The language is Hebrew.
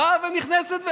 באה ונכנסת.